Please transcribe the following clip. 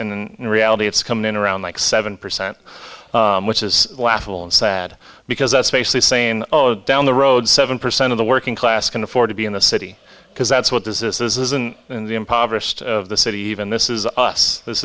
in reality it's coming in around like seven percent which is laughable and sad because that's basically saying oh down the road seven percent of the working class can afford to be in the city because that's what does this isn't in the impoverished of the city even this is us this